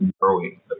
growing